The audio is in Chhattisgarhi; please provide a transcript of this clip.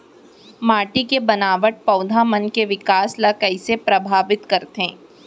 माटी के बनावट पौधा मन के बिकास ला कईसे परभावित करथे